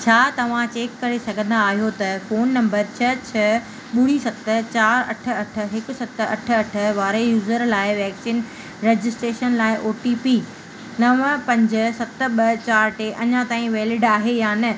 छा तव्हां चेक करे सघंदा आहियो त फ़ोन नंबर छह छह ॿुड़ी सत चारि अठ अठ हिकु सत अठ अठ वारे यूज़र लाइ वैक्सीन रजिस्ट्रेशन लाइ ओ टी पी नव पंज सत ॿ चारि टे अञां ताईं वैलिड आहे या न